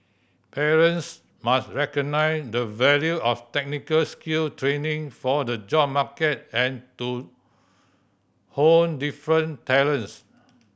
parents must recognise the value of technical skill training for the job market and to hone different talents